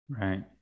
Right